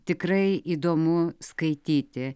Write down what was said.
tikrai įdomu skaityti